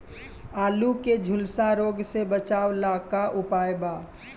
आलू के झुलसा रोग से बचाव ला का उपाय बा?